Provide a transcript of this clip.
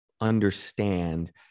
understand